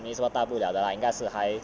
没什么大不了的 lah 应该是还